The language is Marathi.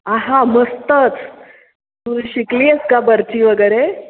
आहा मस्तच तू शिकली आहेस का बर्ती वगैरे